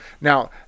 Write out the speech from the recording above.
Now